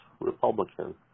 Republican